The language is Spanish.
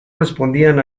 respondían